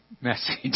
message